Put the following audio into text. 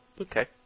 Okay